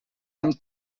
amb